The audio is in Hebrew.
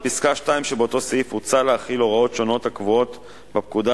בפסקה (2) שבאותו סעיף הוצע להחיל הוראות שונות הקבועות בפקודה,